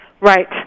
right